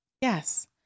Yes